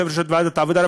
יושב-ראש ועדת העבודה,